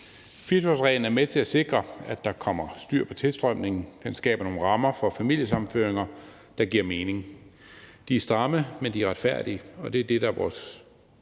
24-årsreglen er med til at sikre, at der kommer styr på tilstrømningen. Den skaber nogle rammer for familiesammenføringer, der giver mening. De er stramme, men de er retfærdige,